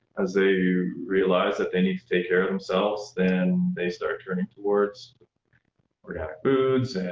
as they realize that they need to take care of themselves, then they start turning towards organic foods,